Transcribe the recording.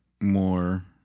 more